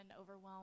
overwhelmed